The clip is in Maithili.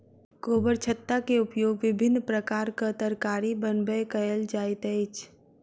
गोबरछत्ता के उपयोग विभिन्न प्रकारक तरकारी बनबय कयल जाइत अछि